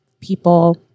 people